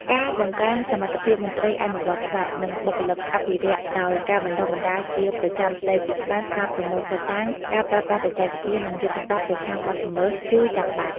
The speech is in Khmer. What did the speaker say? ការបង្កើនសមត្ថភាពមន្ត្រីអនុវត្តច្បាប់ និងបុគ្គលិកអភិរក្សដោយ ការបណ្តុះបណ្តាលជាប្រចាំស្តីពីច្បាប់ ការប្រមូលភស្តុតាង ការប្រើប្រាស់បច្ចេកវិទ្យា និងយុទ្ធសាស្ត្រប្រឆាំងបទល្មើស គឺចាំបាច់។